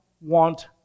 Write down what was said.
want